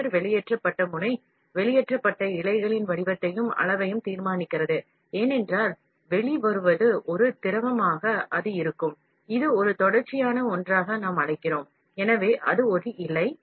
பிதிர்வு முனை வெளியேற்றப்பட்ட இழைகளின் வடிவத்தையும் அளவையும் தீர்மானிக்கிறது முனையிலிருந்து வெளியே வருவது ஒரு திரவமாக இருக்கும் அதை நாம் தொடர்ச்சி என்று அழைக்கிறோம் அதுதான் இழை